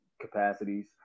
capacities